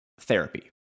therapy